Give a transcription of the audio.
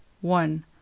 one